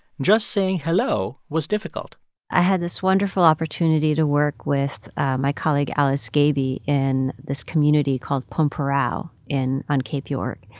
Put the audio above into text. just saying hello was difficult i had this wonderful opportunity to work with my colleague alice gaby in this community called pormpuraaw in on cape york.